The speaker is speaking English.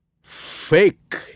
fake